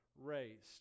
raised